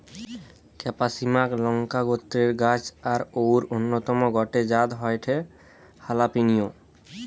ক্যাপসিমাক লংকা গোত্রের গাছ আর অউর অন্যতম গটে জাত হয়ঠে হালাপিনিও